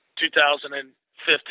2015